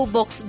Box